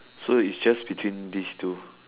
so it's just between these two